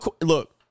Look